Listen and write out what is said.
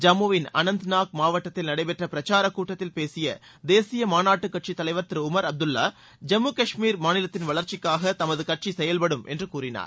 ஜம்முவின் அனந்த்நாக் மாவட்டத்தில் நடைபெற்ற பிரச்சாரக் கூட்டத்தில் பேசிய தேசிய மாநாட்டுக்கட்சித் தலைவர் திரு உமர் அப்துல்லா ஜம்மு காஷ்மீர் மாநிலத்தின் வளர்ச்சிக்காக தமது கட்சி செயல்படும் என்று கூறினார்